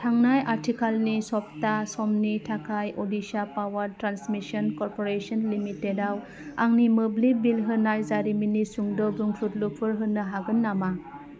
थांनाय आथिखालनि सप्ता समनि थाखाय Odisha power transmission corporation limited आव आंनि मोब्लिब बिल होनाय जारिमिननि सुंद' बुंफुरलुफोर होनो हागोन नामा